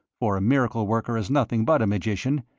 for a miracle-worker is nothing but a magician,